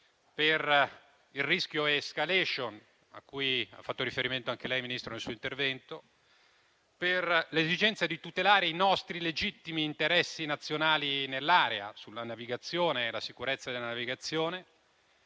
per il rischio *escalation,* cui ha fatto riferimento anche lei, signor Ministro, nel suo intervento; per l'esigenza di tutelare i nostri legittimi interessi nazionali nell'area, sulla navigazione e la sicurezza della navigazione;